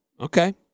Okay